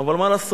אבל מה לעשות?